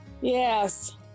Yes